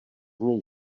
něj